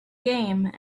game